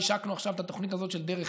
השקנו עכשיו את התוכנית הזאת של "דרך